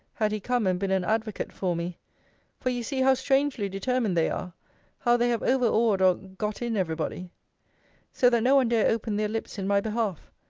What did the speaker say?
had he come and been an advocate for me for you see how strangely determined they are how they have over-awed or got in every body so that no one dare open their lips in my behalf.